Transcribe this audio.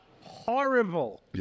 horrible